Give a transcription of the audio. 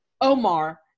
Omar